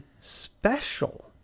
special